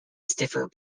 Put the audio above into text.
stiffer